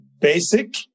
basic